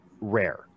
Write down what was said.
rare